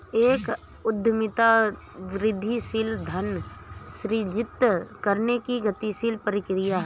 एक उद्यमिता वृद्धिशील धन सृजित करने की गतिशील प्रक्रिया है